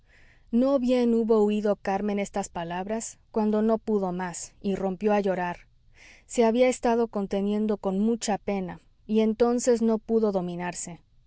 no bien hubo oído carmen estas palabras cuando no pudo más y rompió a llorar se había estado conteniendo con mucha pena y entonces no pudo dominarse